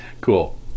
Cool